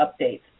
updates